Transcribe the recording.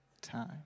time